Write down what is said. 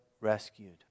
rescued